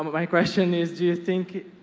um my question is, do you think,